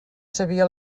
sabia